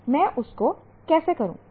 मैं उसको कैसे करू